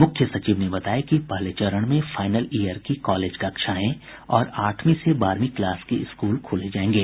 मुख्य सचिव ने बताया कि पहले चरण में फाईनल ईयर की कॉलेज कक्षाएं और आठवीं से बारहवीं क्लास के स्कूल खोले जायेंगे